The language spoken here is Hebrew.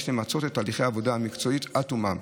יש למצות את תהליכי העבודה המקצועית עד תומם.